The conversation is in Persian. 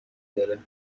داره